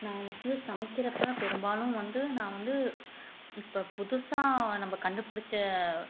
நான் வந்து சமைக்கிறப்பெலாம் பெரும்பாலும் வந்து நான் வந்து இப்போ புதுசாக நம்ப கண்டுபிடிச்ச